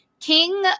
King